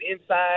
inside